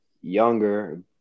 younger